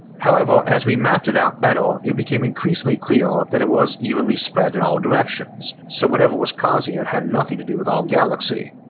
however as we mapped it out better it became increasingly clear that it was evenly spread in all and directions, so whatever was causing it had nothing to do with our galaxy.